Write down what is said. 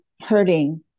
hurting